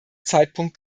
zeitpunkt